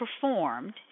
performed